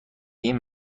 این